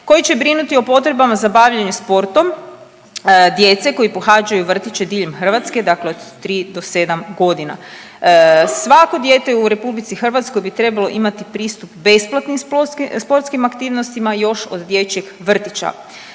koji će brinuti o potrebama za bavljenje sportom djece koji pohađaju vrtiće diljem Hrvatske, dakle od 3 do 7.g.. Svako dijete u RH bi trebalo imati pristup besplatnim sportskim aktivnostima još od dječjeg vrtića.